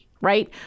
right